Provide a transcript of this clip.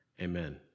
amen